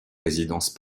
résidences